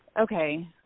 Okay